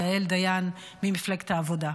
יעל דיין ממפלגת העבודה.